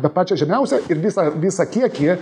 bet pačią žemiausią ir visą visą kiekį